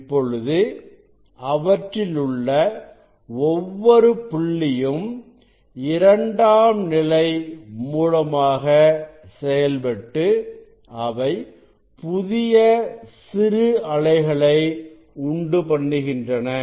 இப்பொழுது அவற்றில் உள்ள ஒவ்வொரு புள்ளியும் இரண்டாம் நிலை மூலமாக செயல்பட்டு அவை புதிய சிறு அலைகளை உண்டுபண்ணுகின்றன